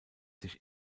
sich